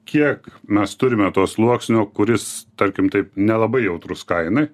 kiek mes turime to sluoksnio kuris tarkim taip nelabai jautrus kainai